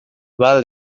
well